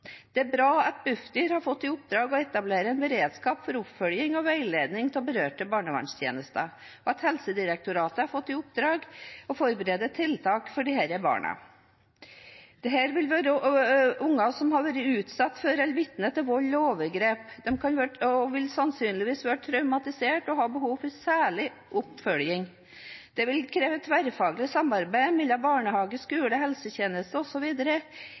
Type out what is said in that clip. Det er bra at Barne-, ungdoms- og familiedirektoratet, Bufdir, har fått i oppdrag å etablere en beredskap for oppfølging og veiledning av berørte barnevernstjenester, og at Helsedirektoratet har fått i oppdrag å forberede tiltak for disse barna. Dette vil være barn som kan ha vært utsatt for eller vært vitne til vold og overgrep. De vil sannsynligvis være traumatisert og ha behov for særlig oppfølging. Det vil kreve tverrfaglig samarbeid mellom barnehage, skole,